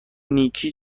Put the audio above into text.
نیکی